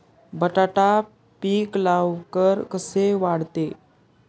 बटाटा पीक लवकर कसे वाढते?